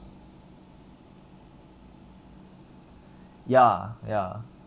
ya ya